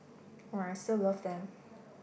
while I still love them